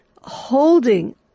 holding